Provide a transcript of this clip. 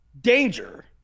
danger